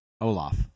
Olaf